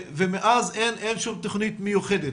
ומאז אין שום תוכנית מיוחדת.